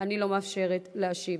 אני לא מאפשרת להשיב.